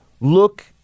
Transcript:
look